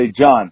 john